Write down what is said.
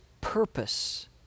purpose